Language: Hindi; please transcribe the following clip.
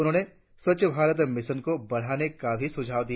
उन्होंने स्वच्छ भारत मिशन को बढ़ाने का भी सुझाव दिया